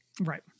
right